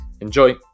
Enjoy